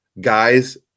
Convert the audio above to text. guys